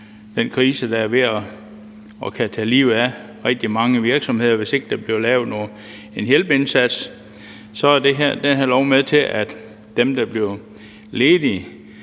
den krise, der vil kunne tage livet af rigtig mange virksomheder, hvis ikke der bliver lavet en hjælpeindsats – får man 3 måneder ekstra på dagpenge,